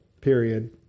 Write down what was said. period